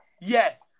Yes